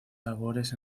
labores